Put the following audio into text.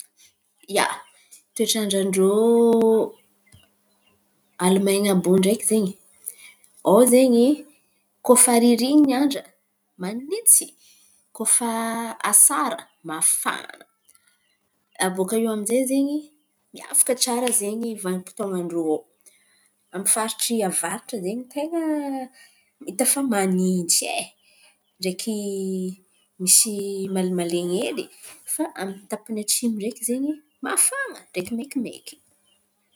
Ia, toetrandran-drô Aleman̈y àby iô ndraiky zen̈y; ao zen̈y koa fa ririn̈y andra, manintsy, koa fa asara, mafana. Abôka iô aminjay zen̈y, miavaka tsara zen̈y vanim-potoan̈an-drô ao. Amy faritra avaratra hita fa zen̈y ten̈a manintsy ai, ndraiky misy mali malen̈y hely. Fa amy tapany atsimo ndraiky zen̈y mafan̈a sady maikimaiky.